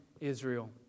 Israel